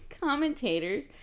Commentators